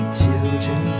children